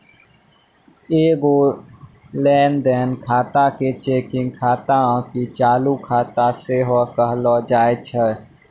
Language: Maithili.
एगो लेन देन खाता के चेकिंग खाता आकि चालू खाता सेहो कहलो जाय छै